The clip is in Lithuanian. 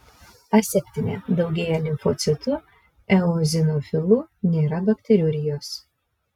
aseptinė daugėja limfocitų eozinofilų nėra bakteriurijos